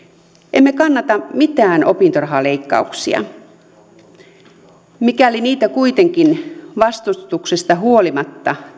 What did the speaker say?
emme kannata mitään opintorahaleikkauksia mikäli niitä kuitenkin tehdään vastustuksesta huolimatta